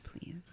please